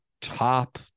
top